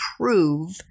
prove